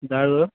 डाळ